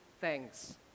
thanks